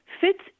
fits